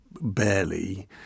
barely